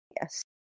Yes